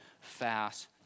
fast